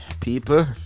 people